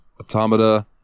Automata